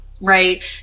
right